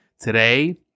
Today